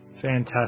Fantastic